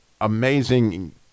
amazing